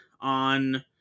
on